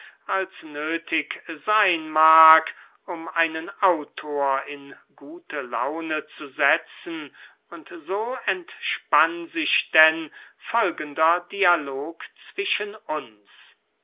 als nöthig seyn mag um einen autor in gute laune zu setzen und so entspann sich denn folgender dialog zwischen uns